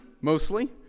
mostly